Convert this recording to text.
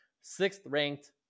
Sixth-ranked